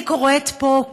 אני קוראת פה,